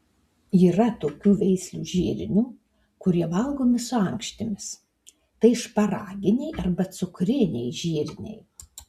yra tokių veislių žirnių kurie valgomi su ankštimis tai šparaginiai arba cukriniai žirniai